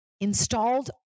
installed